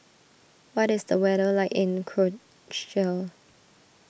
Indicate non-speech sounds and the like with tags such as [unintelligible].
what is the weather like in [unintelligible]